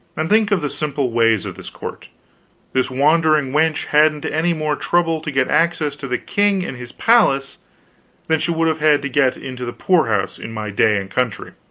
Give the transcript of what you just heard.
and think of the simple ways of this court this wandering wench hadn't any more trouble to get access to the king in his palace than she would have had to get into the poorhouse in my day and country.